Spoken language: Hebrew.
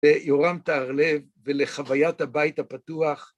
יורם טהר לב, ולחוויית הבית הפתוח.